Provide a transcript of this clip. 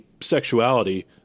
sexuality